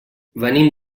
venim